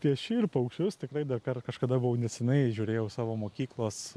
pieši ir paukščius tikrai dar kažkada buvau nesenai žiūrėjau savo mokyklos